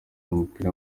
umupira